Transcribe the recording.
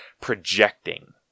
projecting